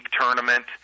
tournament